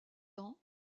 ans